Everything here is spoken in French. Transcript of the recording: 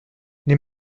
les